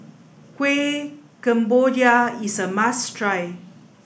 Kueh Kemboja is a must try